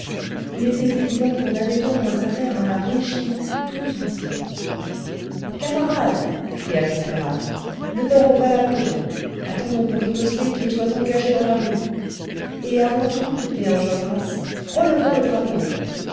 il était évident qu'on avait au moins affaire à un régiment tout entier camarades cria courfeyrac ne perdons pas la poudre attendons pour riposter qu'ils soient engagés dans la rue et avant tout dit enjolras relevons le drapeau